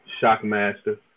Shockmaster